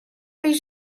wie